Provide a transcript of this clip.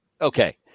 Okay